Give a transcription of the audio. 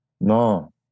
no